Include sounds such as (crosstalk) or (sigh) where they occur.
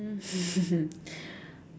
um (laughs)